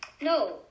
No